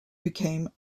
became